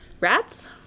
Rats